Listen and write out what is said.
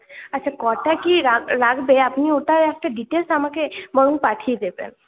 আচ্ছা কটা কী রাক লাগবে আপনি ওটার একটা ডিটেলস আমাকে বরং পাঠিয়ে দেবেন